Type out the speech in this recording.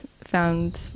found